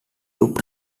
took